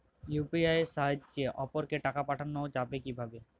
UPI এর সাহায্যে অপরকে টাকা পাঠানো যাবে কিভাবে?